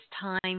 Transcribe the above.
time